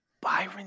Byron